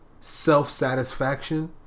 self-satisfaction